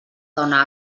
dona